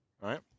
right